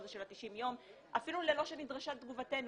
אפילו ללא שנדרשה תגובתנו.